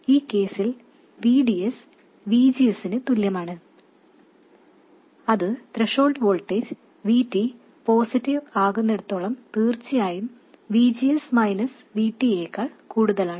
ഈ കേസിൽ VDS VGS നു തുല്യമാണ് അത് ത്രഷോൾഡ് വോൾട്ടേജ് VT പോസിറ്റീവ് ആകുന്നിടത്തോളം തീർച്ചയായും VGS minus VT യേക്കാൾ കൂടുതലാണ്